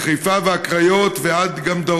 לאותו חוק שאושר כאן בכנסת,